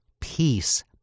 peace